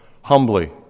humbly